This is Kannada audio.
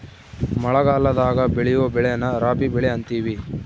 ಮಳಗಲದಾಗ ಬೆಳಿಯೊ ಬೆಳೆನ ರಾಬಿ ಬೆಳೆ ಅಂತಿವಿ